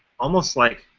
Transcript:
almost, like,